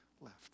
left